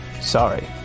sorry